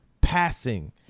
passing